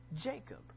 Jacob